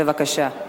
בבקשה.